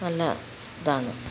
നല്ല ഇതാണ്